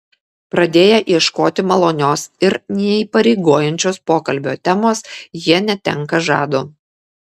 pradėję ieškoti malonios ir neįpareigojančios pokalbio temos jie netenka žado